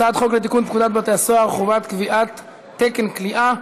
הצעת חוק לתיקון פקודת בתי-הסוהר (חובת קביעת תקן כליאה),